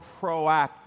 proactive